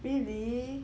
really